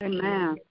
Amen